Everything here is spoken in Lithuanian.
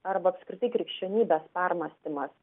arba apskritai krikščionybės permąstymas